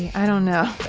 i don't know.